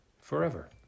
forever